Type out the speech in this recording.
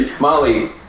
Molly